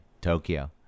Tokyo